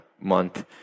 month